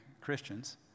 Christians